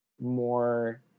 more